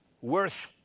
worth